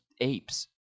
apes